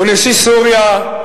ונשיא סוריה,